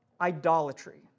idolatry